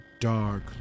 dark